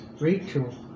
Rachel